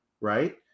right